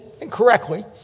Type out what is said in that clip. incorrectly